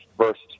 first